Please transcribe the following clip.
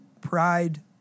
pride